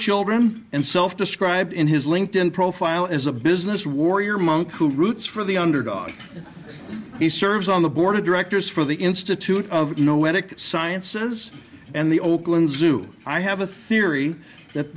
children and self described in his linked in profile as a business warrior monk who roots for the underdog he serves on the board of directors for the institute of you know when it sciences and the oakland zoo i have a theory that